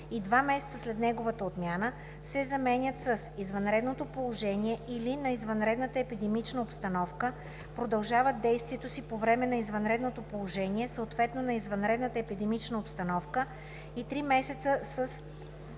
и два месеца след неговата отмяна“ се заменят с „извънредното положение или на извънредната епидемична обстановка, продължават действието си по време на извънредното положение, съответно на извънредната епидемична обстановка и три месеца след